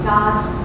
God's